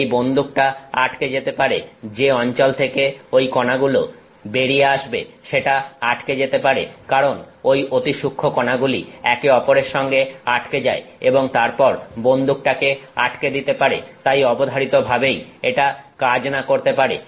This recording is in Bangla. এই বন্দুকটা আটকে যেতে পারে যে অঞ্চল থেকে ওই কণাগুলো বেরিয়ে আসবে সেটা আটকে যেতে পারে কারণ ওই অতি সূক্ষ্ম কণাগুলি একে অপরের সঙ্গে আটকে যায় এবং তারপর বন্দুকটাকে আটকে দিতে পারে তাই অবধারিতভাবেই এটা কাজ না করতে পারে